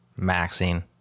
maxing